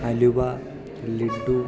അലുവ laddu